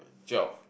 twelve